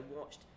watched